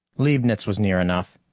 leibnitz was near enough.